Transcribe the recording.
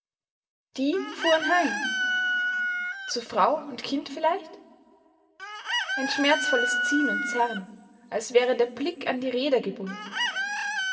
die fuhren heim zu frau und kind vielleicht ein schmerzvolles ziehen und zerren als wäre der blick an die räder gebunden